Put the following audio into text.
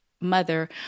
mother